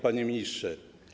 Panie Ministrze!